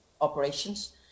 operations